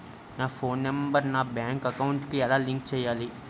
నా phone number నా bank account కి ఎలా లింక్ చేయాలి?